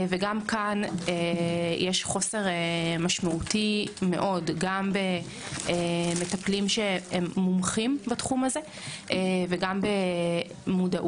וגם כאן יש חוסר משמעותי מאוד גם במטפלים מומחים בתחום הזה וגם במודעות.